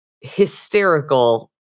hysterical